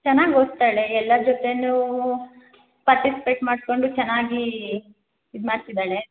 ಚೆನ್ನಾಗ್ ಓದ್ತಾಳೆ ಎಲ್ಲಾರ ಜೊತೆ ಪಾರ್ಟಿಸಿಪೇಟ್ ಮಾಡ್ಕೊಂಡು ಚೆನ್ನಾಗೀ ಇದು ಮಾಡ್ತಿದಾಳೆ